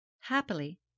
Happily